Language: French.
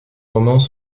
romans